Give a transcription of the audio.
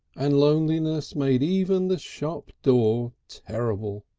and loneliness made even the shop door terrible.